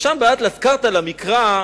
שם, באטלס "כרטא" למקרא,